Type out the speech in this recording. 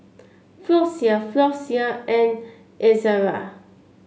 Floxia Floxia and Ezerra